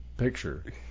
picture